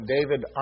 David